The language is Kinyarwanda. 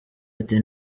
ati